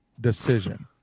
decision